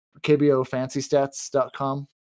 kbofancystats.com